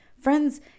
Friends